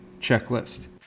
checklist